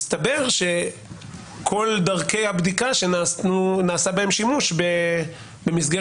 מסתבר שכל דברי הבדיקה שנעשה בהם שימוש במסגרת